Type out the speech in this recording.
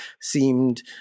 seemed